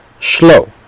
slow